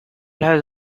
has